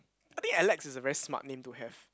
I think Alex is a very smart name to have